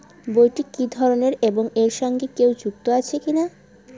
বইটি কি ধরনের এবং এর সঙ্গে কেউ যুক্ত আছে কিনা?